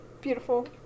Beautiful